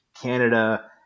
Canada